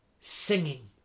singing